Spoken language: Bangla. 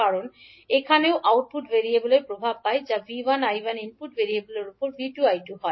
কারণ এখানেও আমরা আউটপুট ভেরিয়েবলের প্রভাব পাই যা V1 𝐈1 ইনপুট ভেরিয়েবলের উপর V2 𝐈2 হয়